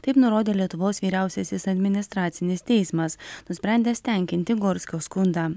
taip nurodė lietuvos vyriausiasis administracinis teismas nusprendęs tenkinti gorskio skundą